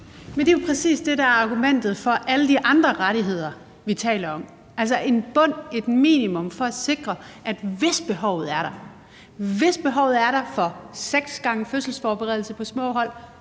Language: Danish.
Men det er præcis det, der er argumentet for alle de andre rettigheder, som vi taler om, altså en bund, et minimum, for at sikre, at hvis behovet er der for seks gange fødselsforberedelse på små hold,